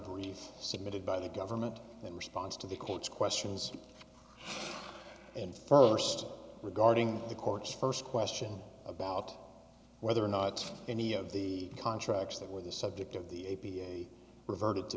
brief submitted by the government in response to the court's questions and first regarding the court's first question about whether or not any of the contracts that were the subject of the a p a reverted to